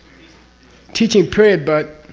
teaching period but?